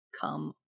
come